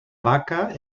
vaca